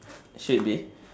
should be